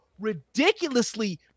ridiculously